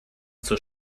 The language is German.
zur